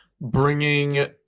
bringing